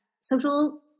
social